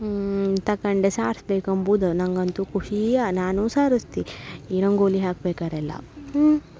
ತಕಂಡು ಸಾರ್ಸ್ಬೇಕು ಅಂಬುದು ನನಗಂತೂ ಖುಷಿಯೇ ನಾನು ಸಾರಿಸ್ತಿ ಈ ರಂಗೋಲಿ ಹಾಕ್ಬೇಕಾದ್ರೆಲ್ಲ